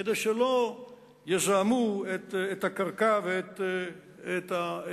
כדי שלא יזהמו את הקרקע ואת האקוויפר,